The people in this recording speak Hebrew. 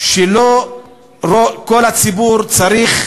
שלא כל הציבור צריך